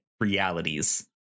realities